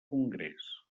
congrés